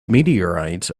meteorites